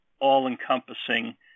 all-encompassing